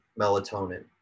melatonin